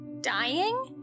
dying